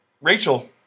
Rachel